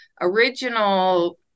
original